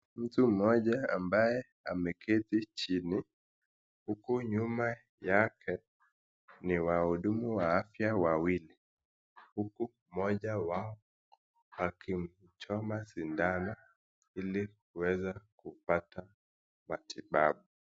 Mtu mmoja ambaye ameketi chini, huku nyuma yake ni wahudumu wa afya wawili. Huku mmoja wao akimchoma sindano ili kuweza kupata matibabu.